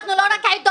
אנחנו לא רק עדות,